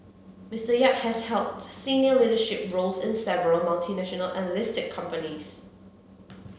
Mister Yap has held senior leadership roles in several multinational and listed companies